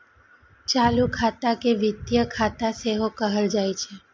चालू खाता के वित्तीय खाता सेहो कहल जाइ छै